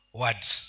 words